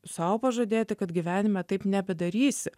sau pažadėti kad gyvenime taip nebedarysi